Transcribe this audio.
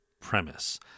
premise